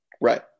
right